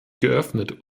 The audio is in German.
geöffnet